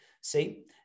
See